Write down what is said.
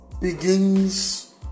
begins